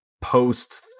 post